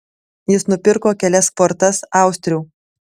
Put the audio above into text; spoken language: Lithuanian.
jis nupirko kelias kvortas austrių